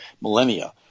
millennia